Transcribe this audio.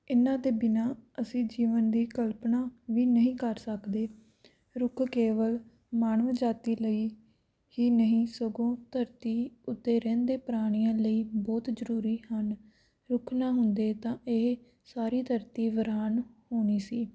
ਇਹਨਾਂ ਦੇ ਬਿਨਾਂ ਅਸੀਂ ਜੀਵਨ ਦੀ ਕਲਪਨਾ ਵੀ ਨਹੀਂ ਕਰ ਸਕਦੇ ਰੁੱਖ ਕੇਵਲ ਮਾਨਵ ਜਾਤੀ ਲਈ ਹੀ ਨਹੀਂ ਸਗੋਂ ਧਰਤੀ ਉੱਤੇ ਰਹਿੰਦੇ ਪ੍ਰਾਣੀਆਂ ਲਈ ਬਹੁਤ ਜ਼ਰੂਰੀ ਹਨ ਰੁੱਖ ਨਾ ਹੁੰਦੇ ਤਾਂ ਇਹ ਸਾਰੀ ਧਰਤੀ ਵੀਰਾਨ ਹੋਣੀ ਸੀ